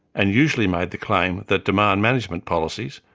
and usually made the claim that demand management policies,